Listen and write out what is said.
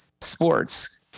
sports